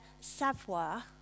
savoir